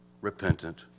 repentant